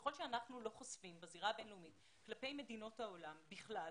ככל שאנחנו לא חושפים בזירה הבין-לאומית כלפי מדינות העולם בכלל,